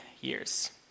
years